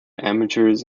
amateurs